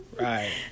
Right